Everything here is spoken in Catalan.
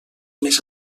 més